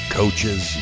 coaches